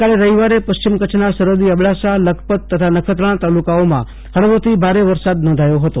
ગઈકાલે રવિવારે પશ્ચિમ કચ્છના સરહદી અબડાસા લખપત તથા નખત્રાણા તાલુકાઓમાં ફળવો થી ભારે વરસાદ નોંધાયો હતો